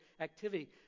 activity